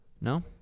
No